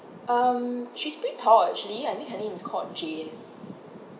um she's pretty tall actually I think her name is called jane